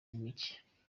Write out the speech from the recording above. mike